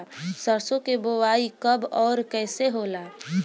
सरसो के बोआई कब और कैसे होला?